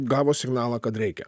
gavo signalą kad reikia